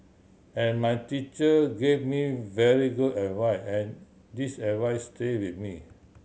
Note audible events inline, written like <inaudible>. and my teacher gave me very good <unintelligible> and this advice stay with me